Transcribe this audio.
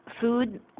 food